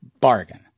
Bargain